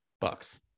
Bucks